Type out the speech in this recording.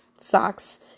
socks